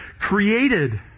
created